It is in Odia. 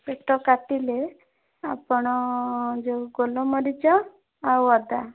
ପେଟ କାଟିଲେ ଆପଣ ଯେଉଁ ଗୋଲମରିଚ ଆଉ ଅଦା